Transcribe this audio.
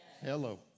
Hello